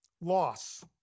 Loss